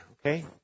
okay